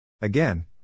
Again